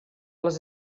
les